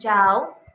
जाउ